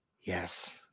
Yes